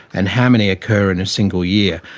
and how many occur in a single year.